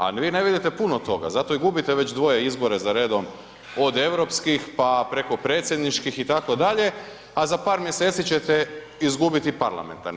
A vi ne vidite puno toga, zato i gubite već dvoje izbore za redom od europskih pa preko predsjedničkih itd., a za par mjeseci ćete izgubiti parlamentarne.